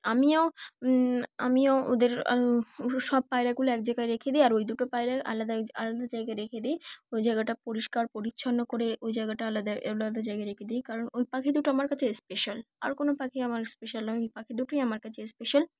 আমিও আমিও ওদের সব পায়রাগুলো এক জায়গায় রেখে দিই আর ওই দুটো পায়রা আলাদা আলাদা জায়গায় রেখে দিই ওই জায়গাটা পরিষ্কার পরিচ্ছন্ন করে ওই জায়গাটা আলাদা আলাদা জায়গায় রেখে দিই কারণ ওই পাখি দুটো আমার কাছে স্পেশাল আর কোনো পাখি আমার স্পেশাল নয় ওই পাখি দুটোই আমার কাছে স্পেশাল